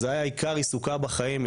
זה היה עיקר עיסוקה בחיים.